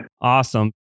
Awesome